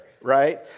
right